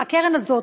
הקרן הזאת,